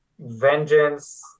vengeance